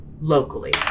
locally